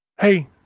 Hey